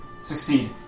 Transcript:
succeed